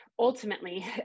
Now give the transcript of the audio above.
Ultimately